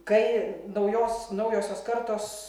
kai naujos naujosios kartos